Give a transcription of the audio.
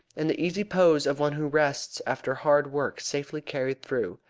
and the easy pose of one who rests after hard work safely carried through,